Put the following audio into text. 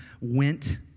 went